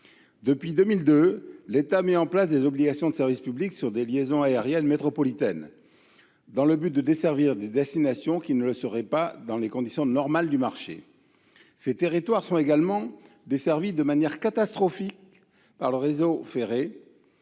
Depuis 2002, l’État a mis en place des obligations de service public (OSP) sur des liaisons aériennes métropolitaines, afin que puissent être desservies des destinations qui ne le seraient pas dans les conditions normales du marché. Ces territoires sont également desservis de manière catastrophique par le réseau ferré.